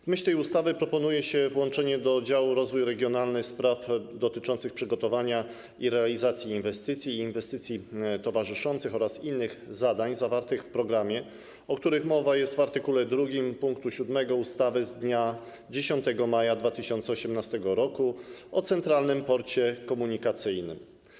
W myśl tej ustawy proponuje się włączenie do działu rozwój regionalny spraw dotyczących przygotowania i realizacji inwestycji, inwestycji towarzyszących oraz innych zadań zawartych w programie, o którym jest mowa w art. 2 pkt 7 ustawy z dnia 10 maja 2018 r. o Centralnym Porcie Komunikacyjnym.